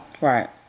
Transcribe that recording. Right